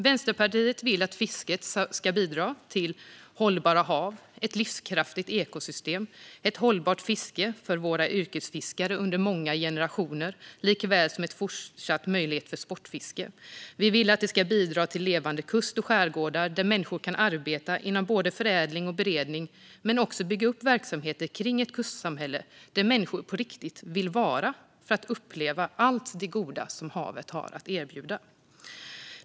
Vänsterpartiet vill att fisket ska bidra till hållbara hav, ett livskraftigt ekosystem, ett hållbart fiske för våra yrkesfiskare under många generationer liksom en fortsatt möjlighet för sportfiske. Vi vill att det ska bidra till levande kust och skärgårdar, där människor kan arbeta inom både förädling och beredning. Men man ska också kunna bygga upp verksamheter kring ett kustsamhälle där människor på riktigt vill vara för att uppleva allt det goda havet har att erbjuda.